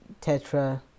tetra